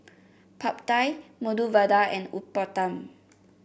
Pad Thai Medu Vada and Uthapam